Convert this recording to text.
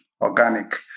organic